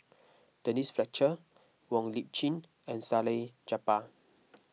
Denise Fletcher Wong Lip Chin and Salleh Japar